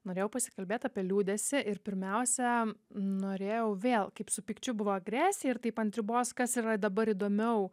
norėjau pasikalbėt apie liūdesį ir pirmiausia norėjau vėl kaip su pykčiu buvo agresija ir taip ant ribos kas yra dabar įdomiau